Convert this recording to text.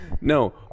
no